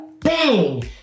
bang